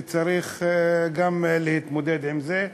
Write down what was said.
וצריך גם להתמודד עם זה.